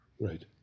Right